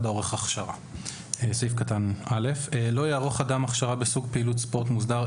העורך הכשרה 4א. (א) לא יערוך אדם הכשרה בסוג פעילות ספורט מוסדר,